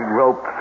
rope